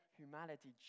humanity